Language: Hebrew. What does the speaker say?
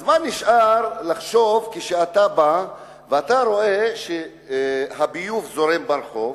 אז מה נשאר לחשוב כשאתה בא ואתה רואה שהביוב זורם ברחוב?